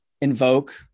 invoke